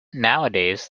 nowadays